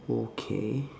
okay